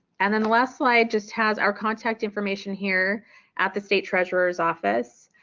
and then the last slide just has our contact information here at the state treasurer's office.